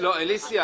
--- אליסה.